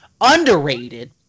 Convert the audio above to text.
underrated